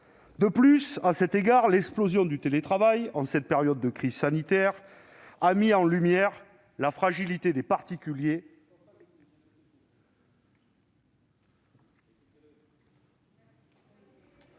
À cet égard, l'explosion du télétravail, en cette période de crise sanitaire, a mis en lumière la fragilité des particuliers